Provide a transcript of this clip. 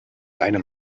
einem